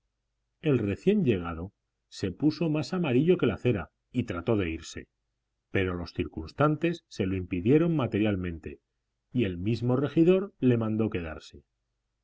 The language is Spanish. el recién llegado se puso más amarillo que la cera y trató de irse pero los circunstantes se lo impidieron materialmente y el mismo regidor le mandó quedarse